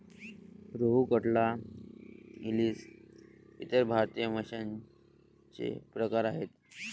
रोहू, कटला, इलीस इ भारतीय माशांचे प्रकार आहेत